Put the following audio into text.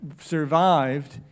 survived